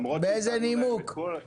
באיזה נימוק?